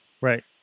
Right